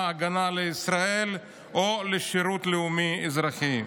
ההגנה לישראל או לשירות לאומי אזרחי.